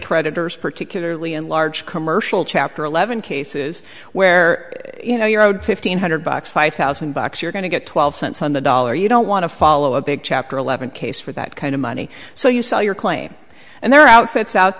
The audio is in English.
creditors particularly in large commercial chapter eleven cases where you know you're owed fifteen hundred bucks five thousand bucks you're going to get twelve cents on the dollar you don't want to follow a big chapter eleven case for that kind of money so you sell your claim and their outfits out